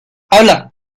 habla